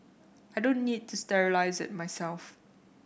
I don't need to sterilise it myself